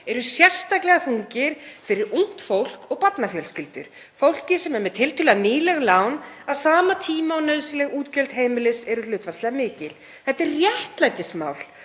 eru sérstaklega þungir fyrir ungt fólk og barnafjölskyldur, fólk sem er með tiltölulega nýleg lán á sama tíma og nauðsynleg útgjöld heimilis eru hlutfallslega mikil. Þetta er réttlætismál